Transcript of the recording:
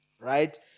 right